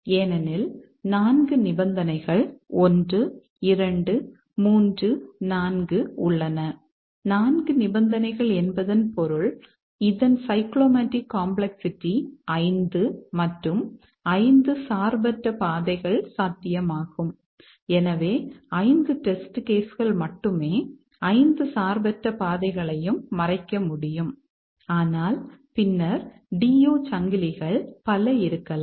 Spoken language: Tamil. ஏனெனில் 4 நிபந்தனைகள் 1 2 3 4 உள்ளன 4 நிபந்தனைகள் என்பதன் பொருள் இதன் சைக்ளோமேடிக் காம்ப்ளக்ஸ்சிட்டி கள் மட்டுமே 5 சார்பற்ற பாதைகளையும் மறைக்க முடியும் ஆனால் பின்னர் DU சங்கிலிகள் பல இருக்கலாம்